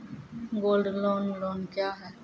Gold loan loan क्या हैं?